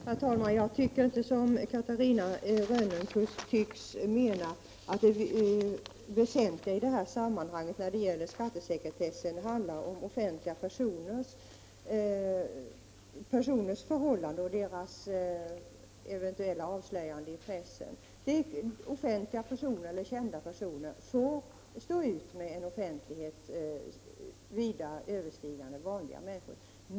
Herr talman! Jag tycker inte som Catarina Rönnung tycks mena, nämligen att det väsentliga när det gäller skattesekretessen handlar om offentliga personers förhållanden och det eventuella avslöjandet av dessa förhållanden i pressen. Offentliga personer får stå ut med en offentlighet vida överstigande den som vanliga människor blir föremål för.